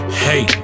hey